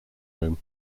room